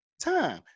time